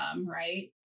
right